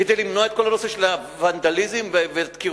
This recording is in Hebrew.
כדי למנוע את הוונדליזם והדקירות.